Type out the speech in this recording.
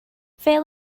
fel